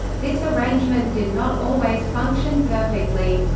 this arrangement did not always function perfectly.